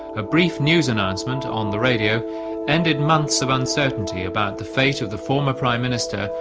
a brief news announcement on the radio ended months of uncertainty about the fate of the former prime minister,